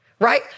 Right